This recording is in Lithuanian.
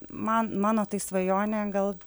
man mano tai svajonė gal